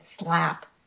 slap